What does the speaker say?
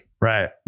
Right